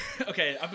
Okay